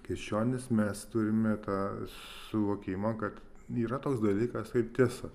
krikščionys mes turime tą suvokimą kad nėra toks dalykas kaip tiesa